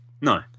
No